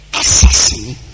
assassin